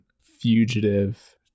fugitive